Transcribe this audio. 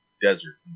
desert